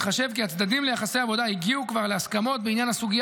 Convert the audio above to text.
בהתחשב כי הצדדים ליחסי העבודה כבר הגיעו להסכמות בעניין הסוגיה